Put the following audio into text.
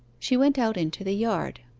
she went out into the yard,